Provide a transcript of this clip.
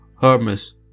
Hermes